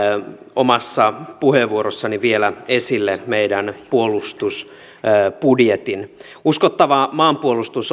omassa puheenvuorossani vielä esille meidän puolustusbudjettimme uskottava maanpuolustus